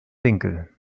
winkel